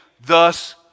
thus